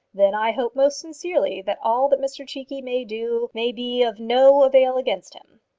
then i hope most sincerely that all that mr cheekey may do may be of no avail against him.